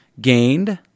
gained